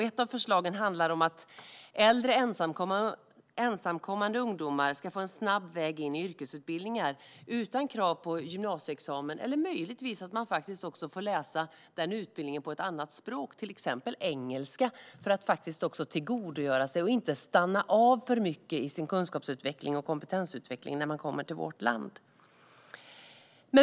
Ett av förslagen handlar om att äldre ensamkommande ungdomar ska få en snabb väg in i yrkesutbildningar utan krav på gymnasieexamen, eller möjligtvis att de faktiskt får läsa utbildningen på ett annat språk - till exempel engelska - för att kunna tillgodogöra sig den och inte stanna av för mycket i sin kunskaps och kompetensutveckling när de kommer till vårt land.